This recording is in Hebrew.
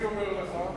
אני אומר לך,